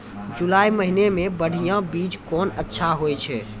जुलाई महीने मे बढ़िया बीज कौन अच्छा होय छै?